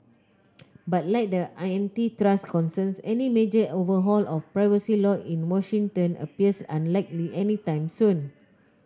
but like the antitrust concerns any major overhaul of privacy law in Washington appears unlikely anytime soon